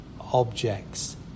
objects